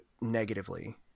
negatively